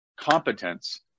Competence